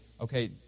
okay